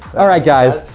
alright guys,